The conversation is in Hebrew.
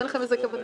בעיקר לנשים,